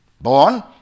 Born